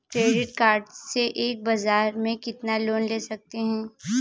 Credit card से एक बार में कितना लोन ले सकते हैं?